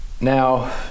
Now